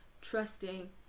trusting